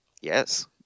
Yes